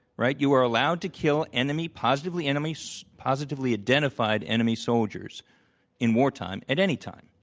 right? you are allowed to kill enemy positively enemy so positively identified enemy soldiers in wartime at any time,